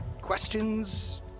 questions